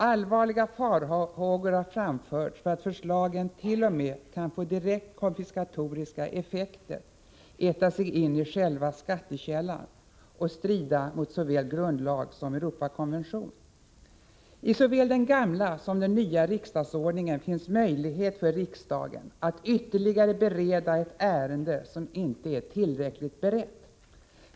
Allvarliga farhågor har framförts för att förslagen t.o.m. kan få direkt konfiskatoriska effekter, äta sig in i själva skattekällan och strida mot såväl grundlag som Europakonvention. I såväl den gamla som den nya riksdagsordningen finns möjlighet för riksdagen att ytterligare bereda ett ärende som ej är tillräckligt berett.